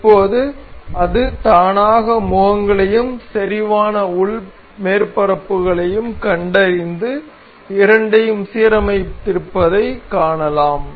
இப்போது அது தானாக முகங்களையும் செறிவான உள் மேற்பரப்புகளையும் கண்டறிந்து இரண்டையும் சீரமைத்திருப்பதைக் காணலாம்